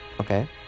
...okay